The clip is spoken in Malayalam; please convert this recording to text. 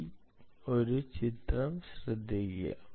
ഈ ഒരു ചിത്രം ശ്രദ്ധിക്കുക